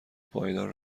پایدار